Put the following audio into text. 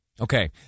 Okay